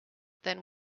then